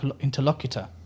interlocutor